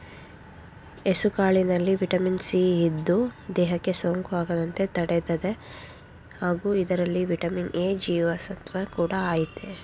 ಹೆಸುಕಾಳಿನಲ್ಲಿ vitamin C ಇದ್ದು, ದೇಹಕ್ಕೆ ಸೋಂಕು ಆಗದಂತೆ ತಡಿತದೆ ಹಾಗೂ ಇದರಲ್ಲಿ ವಿಟಮಿನ್ ಎ ಜೀವಸತ್ವ ಕೂಡ ಆಯ್ತೆ